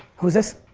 who's this?